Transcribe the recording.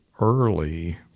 early